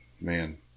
man